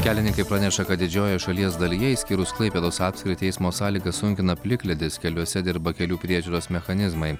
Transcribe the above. kelininkai praneša kad didžiojoje šalies dalyje išskyrus klaipėdos apskritį eismo sąlygas sunkina plikledis keliuose dirba kelių priežiūros mechanizmai